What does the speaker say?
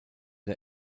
der